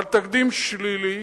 אבל תקדים שלילי